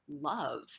love